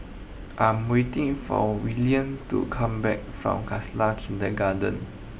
I'm waiting for Willene to come back from Khalsa Kindergarten